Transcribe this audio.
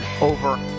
over